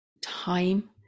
time